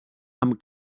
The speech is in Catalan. amb